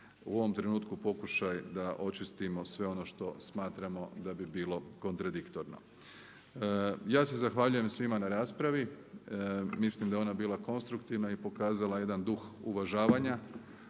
u ovom trenutku pokušaj da očistimo sve ono što smatramo da bi bilo kontradiktorno. Ja se zahvaljujem svima na raspravi. Mislim da je ona bila konstruktivna i pokazala jedan duh uvažavanja